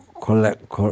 collect